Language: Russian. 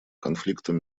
конфликтам